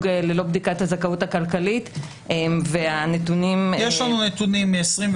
ללא בדיקת הזכאות הכלכלית והנתונים- -- יש לנו נתונים מ-21'.